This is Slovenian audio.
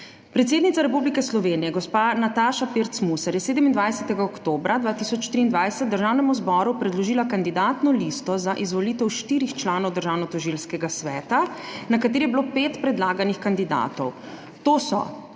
sveta**.Predsednica Republike Slovenije gospa Nataša Pirc Musar je 27. oktobra 2023 Državnemu zboru predložila Kandidatno listo za izvolitev štirih članov Državnotožilskega sveta, na kateri je bilo pet predlaganih kandidatov, to so